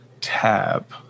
TAB